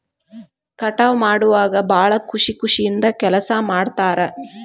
ಕಟಾವ ಮಾಡುವಾಗ ಭಾಳ ಖುಷಿ ಖುಷಿಯಿಂದ ಕೆಲಸಾ ಮಾಡ್ತಾರ